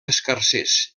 escarsers